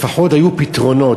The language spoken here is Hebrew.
לפחות היו פתרונות,